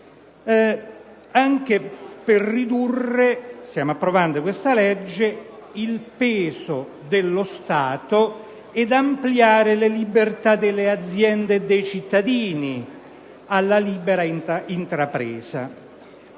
anche per ridurre il peso dello Stato ed ampliare le libertà delle aziende e dei cittadini alla libera intrapresa.